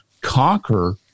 conquer